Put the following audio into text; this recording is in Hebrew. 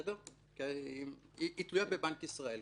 היא גם תלויה בבנק ישראל.